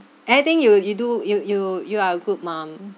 I think you you do you you you are a good mum